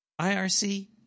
IRC